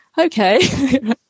okay